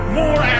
more